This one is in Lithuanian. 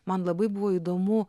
man labai buvo įdomu